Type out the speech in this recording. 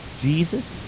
Jesus